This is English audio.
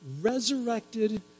Resurrected